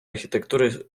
архітектури